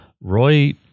Roy